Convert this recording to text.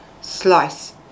slice